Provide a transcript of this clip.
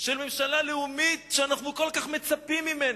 במשך שעתיים.